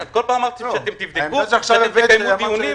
כל פעם אמרתם שתבדקו ותקיימו דיונים.